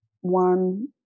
one